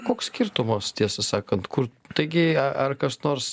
koks skirtumas tiesą sakant kur taigi ar ar kas nors